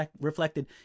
reflected